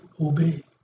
obey